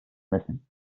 müssen